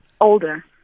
Older